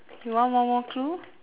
you want one more clue